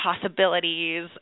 possibilities